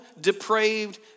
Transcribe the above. depraved